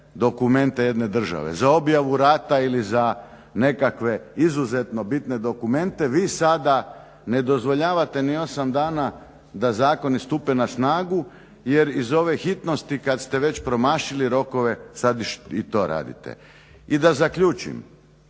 dokumente jedne države, za objavu rata ili za nekakve izuzetno bitne dokumente. Vi sada ne dozvoljavate ni 8 dana da zakoni stupe na snagu jer iz ove hitnosti kada ste već promašili rokove sada i to radite. I da zaključim,